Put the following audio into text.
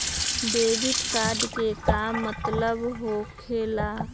Debit card के का मतलब होकेला?